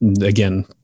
again